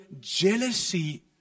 jealousy